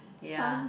ya